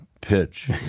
pitch